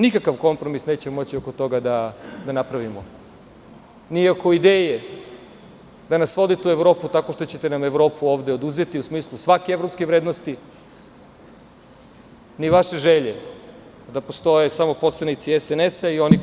Nikakav kompromis nećemo moći oko toga da napravimo, Nni oko ideje da nas vodite u Evropu, tako što ćete nam Evropu ovde oduzeti u smislu svake evropske vrednosti, ni vaše želje da postoje samo poslanici SNS i oni koji ćute.